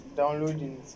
downloading